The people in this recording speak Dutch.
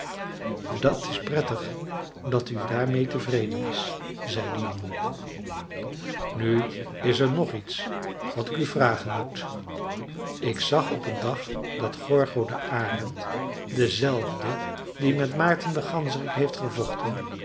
dat is prettig dat u daarmeê tevreden is zei de jongen nu is er nog iets wat ik u vragen moet ik zag op een dag dat gorgo de arend dezelfde die met maarten den ganzerik heeft gevochten